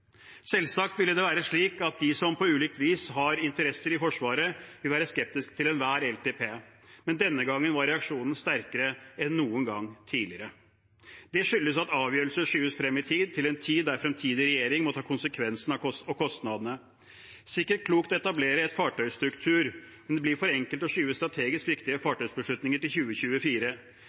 Selvsagt vil det være slik at de som på ulikt vis har interesser i Forsvaret, vil være skeptisk til enhver langtidsplan, men denne gang var reaksjonen sterkere enn noen gang tidligere. Det skyldes at avgjørelser skyves frem i tid til en tid der en fremtidig regjering må ta konsekvensene og kostnadene. Det er sikkert klokt å etablere en fartøystruktur, men det blir for enkelt å skyve strategisk viktige fartøybeslutninger til 2024.